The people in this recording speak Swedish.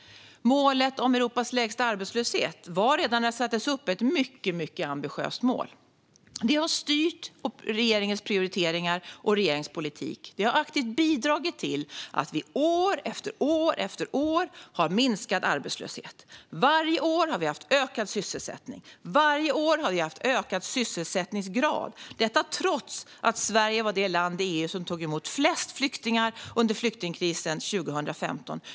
Målet om Europas lägsta arbetslöshet var dock redan när det sattes upp ett mycket ambitiöst mål. Det har styrt regeringens prioriteringar och regeringens politik. Det har aktivt bidragit till att vi år efter år haft minskad arbetslöshet. Varje år har vi haft ökad sysselsättning och ökad sysselsättningsgrad, trots att Sverige var det land i EU som tog emot flest flyktingar under flyktingkrisen 2015.